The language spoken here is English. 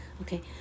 Okay